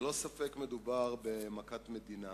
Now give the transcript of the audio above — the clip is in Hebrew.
ללא ספק מדובר במכת מדינה